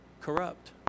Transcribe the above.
corrupt